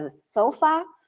ah so far,